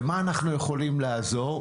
ובמה אנחנו יכולים לעזור?